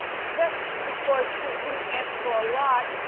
just because she didn't ask for a lot,